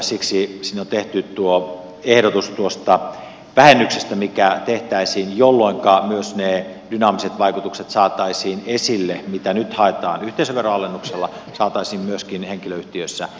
siksi sinne on tehty tuo ehdotus vähennyksestä mikä tehtäisiin jolloin myös ne dynaamiset vaikutukset mitä nyt haetaan yhteisöveron alennuksella saataisiin myöskin henkilöyhtiöissä esille